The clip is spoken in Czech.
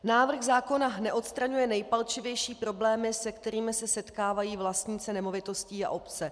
Návrh zákona neodstraňuje nejpalčivější problémy, se kterým se setkávají vlastníci nemovitostí a obce.